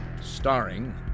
Starring